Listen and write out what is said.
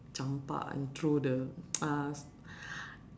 campak and throw the uh